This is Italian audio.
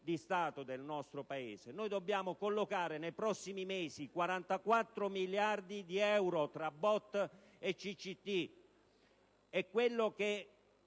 di Stato del nostro Paese. Dobbiamo collocare nei prossimi mesi 44 miliardi di euro tra BOT e CCT e quello che